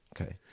Okay